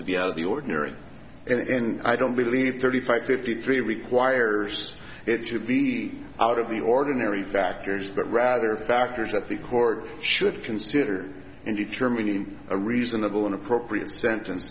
to be out of the ordinary and i don't believe thirty five fifty three requires it to be out of the ordinary factors but rather factors that the court should consider in determining a reasonable and appropriate sentence